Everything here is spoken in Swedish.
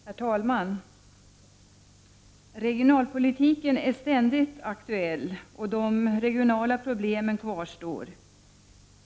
Herr talman! Regionalpolitiken är ständigt aktuell, och de regionala problemen kvarstår.